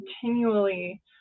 continually